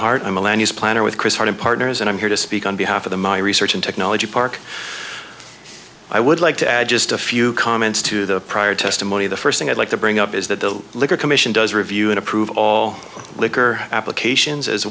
use planner with chris harding partners and i'm here to speak on behalf of the my research in technology park i would like to add just a few comments to the prior testimony the first thing i'd like to bring up is that the liquor commission does review and approve all liquor applications as